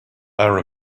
our